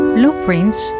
Blueprints